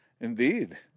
indeed